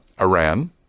Iran